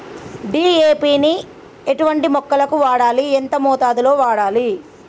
DAP ని ఎటువంటి మొక్కలకు వాడాలి? ఎంత మోతాదులో వాడాలి?